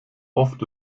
oft